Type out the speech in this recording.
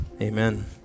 amen